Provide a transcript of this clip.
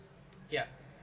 yeah